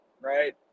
right